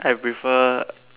I prefer